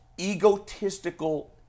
egotistical